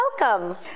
Welcome